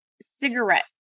cigarette